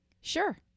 sure